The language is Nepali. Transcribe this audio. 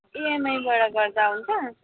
इएमआईबाट गर्दा हुन्छ